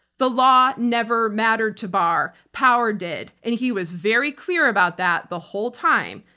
the law never mattered to barr, power did, and he was very clear about that the whole time.